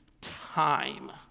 time